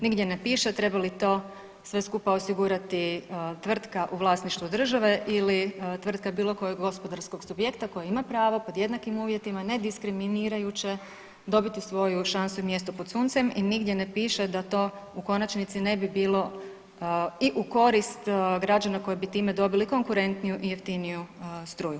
Nigdje ne piše treba li to sve skupa osigurati tvrtka u vlasništvu države ili tvrtka bilo kojeg gospodarskog subjekta koji ima pravo pod jednakim uvjetima nediskriminirajuće dobiti svoju šansu i mjesto pod suncem i nigdje ne piše da to u konačnici ne bi bilo i u korist građana koji bi time dobili konkurentniju i jeftiniju struju.